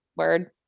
Word